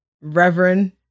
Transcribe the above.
Reverend